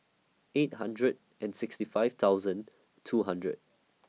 eight hundred and sixty five thousand two hundred